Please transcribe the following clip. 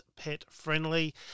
pet-friendly